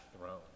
throne